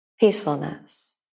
Peacefulness